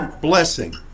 Blessing